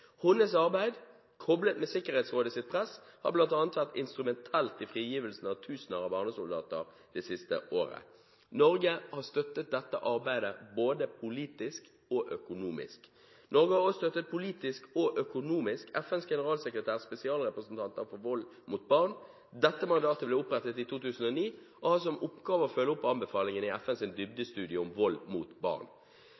arbeid, koblet med Sikkerhetsrådets press, har bl.a. vært instrumentelt i frigivelsen av tusener av barnesoldater det siste året. Norge har støttet dette arbeidet både politisk og økonomisk. Norge har også støttet politisk og økonomisk FNs generalsekretærs spesialrepresentant for å bekjempe vold mot barn. Dette mandatet ble opprettet i 2009 og har som oppgave å følge opp anbefalingene i